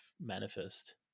manifest